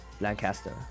Lancaster